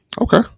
Okay